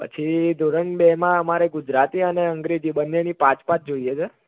પછી ધોરણ બેમાં અમારે ગુજરાતી અને અંગ્રેજી બંનેની પાંચ પાંચ જોઈએ છે